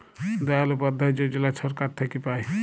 দয়াল উপাধ্যায় যজলা ছরকার থ্যাইকে পায়